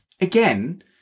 Again